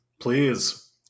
Please